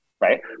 right